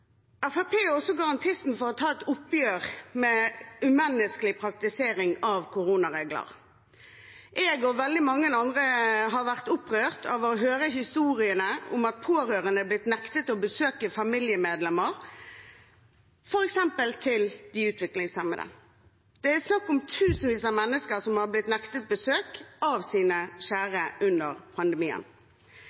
også garantisten for å ta et oppgjør med umenneskelig praktisering av koronaregler. Jeg og veldig mange andre har vært opprørt over å høre historiene om at pårørende til f.eks. de utviklingshemmede er blitt nektet å besøke familiemedlemmer. Det er snakk om tusenvis av mennesker som har blitt nektet besøk av sine kjære under pandemien.